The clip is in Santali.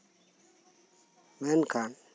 ᱢᱮᱱᱠᱷᱟᱱ